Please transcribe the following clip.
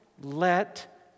let